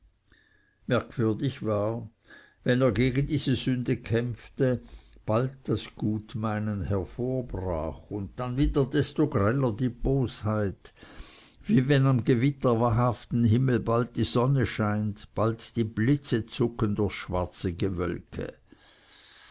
merkwürdig war wenn er gegen diese sünde kämpfte wie bald das gutmeinen hervorbrach und dann wieder desto greller die bosheit wie wenn am gewitterhaften himmel bald die sonne scheint bald die blitze zucken durchs schwarze gewölke